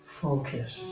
focus